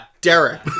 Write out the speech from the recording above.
Derek